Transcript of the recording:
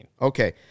Okay